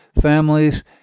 families